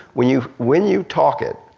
when you when you talk it,